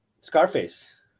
Scarface